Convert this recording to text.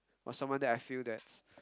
or someone that I feel that's